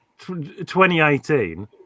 2018